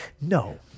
no